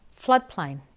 floodplain